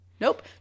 Nope